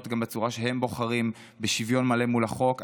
גם בצורה שהם בוחרים בשוויון מלא מול החוק,